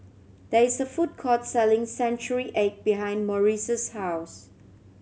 there is a food court selling century egg behind Maurice's house